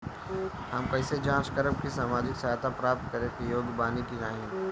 हम कइसे जांच करब कि सामाजिक सहायता प्राप्त करे के योग्य बानी की नाहीं?